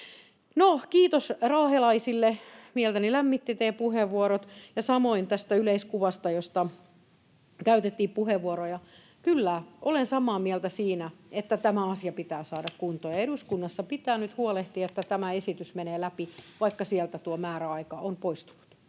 No, kiitos raahelaisille — mieltäni lämmittivät teidän puheenvuoronne — ja samoin tästä yleiskuvasta, josta käytettiin puheenvuoroja. Kyllä, olen samaa mieltä siinä, että tämä asia pitää saada kuntoon ja eduskunnassa pitää nyt huolehtia, että tämä esitys menee läpi, vaikka sieltä tuo määräaika on poistunut.